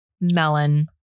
melon